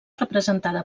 representada